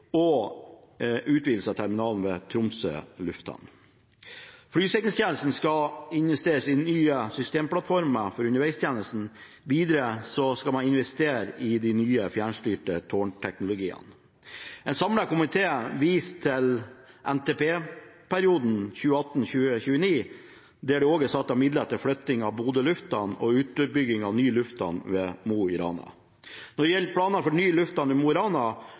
for utvidelse av terminalen ved Tromsø lufthavn. Flysikringstjenesten skal investere i ny systemplattform for underveistjenesten. Videre skal man investere i de nye fjernstyrte tårnteknologiene. En samlet komité viser til NTP-perioden 2018–2029, der det også er satt av midler til flytting av Bodø lufthavn og utbygging av ny lufthavn ved Mo i Rana. Når det gjelder planene for ny lufthavn i Mo i Rana,